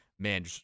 Man